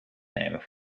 nemen